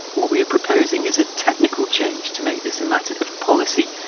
what we're proposing is a technical change to make this a matter of policy,